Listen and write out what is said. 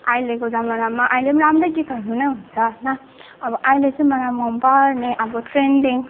अहिलेको जमानामा अहिले पनि राम्रै गीतहरू नै हुन्छ होइन अब अहिले चाहिँ मलाई मन पर्ने अब ट्रेन्डिङ